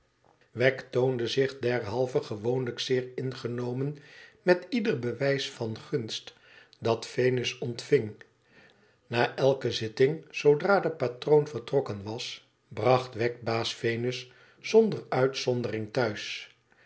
wegg toonde zich derhalve gewoonlijk zeer ingenomen met ieder bewijs van gunst dat venus ontving na elke zitting zoodra de patroon vertrokken was bracht wegg baas venus zonder uitzondering thuis